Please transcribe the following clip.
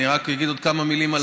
אני רק אגיד עוד כמה מילים על החוק.